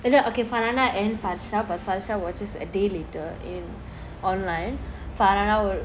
and then okay farhana and farhasha but farhasha watches a day later in online farhana will